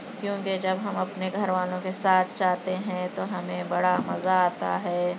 کیونکہ جب ہم اپنے گھر والوں کے ساتھ جاتے ہیں تو ہمیں بڑا مزہ آتا ہے